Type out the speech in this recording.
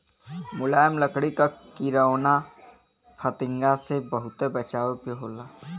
मुलायम लकड़ी क किरौना फतिंगा से बहुत बचावे के होला